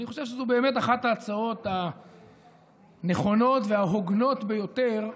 אני חושב שזו באמת אחת ההצעות הנכונות וההוגנות ביותר,